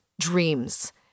dreams